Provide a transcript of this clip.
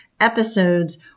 episodes